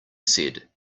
said